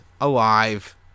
alive